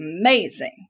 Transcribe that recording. amazing